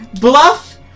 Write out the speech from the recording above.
bluff